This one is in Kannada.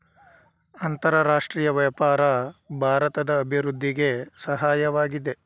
ಅಂತರರಾಷ್ಟ್ರೀಯ ವ್ಯಾಪಾರ ಭಾರತದ ಅಭಿವೃದ್ಧಿಗೆ ಸಹಾಯವಾಗಿದೆ